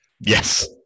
Yes